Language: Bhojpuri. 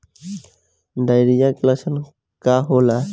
डायरिया के लक्षण का होला?